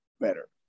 better